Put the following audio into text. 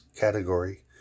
category